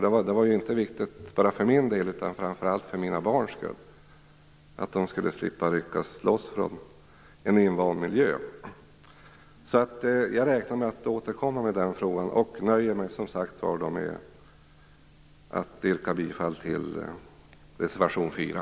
Detta var ju viktigt inte bara för min del utan framför allt för mina barn så att de skulle slippa ryckas loss från en invand miljö. Jag räknar med att återkomma i den frågan och nöjer mig med att yrka bifall till reservation 4.